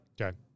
Okay